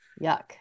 Yuck